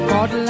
God